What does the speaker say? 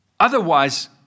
Otherwise